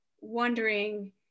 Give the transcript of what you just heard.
wondering